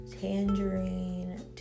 tangerine